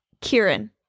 kieran